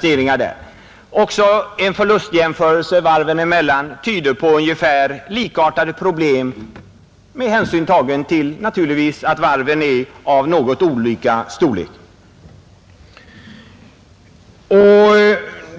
som angavs. Också en förlustjämförelse mellan varven tyder på likartade problem, naturligtvis med hänsyn tagen till att varven är olika stora.